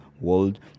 world